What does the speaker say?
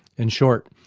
in short,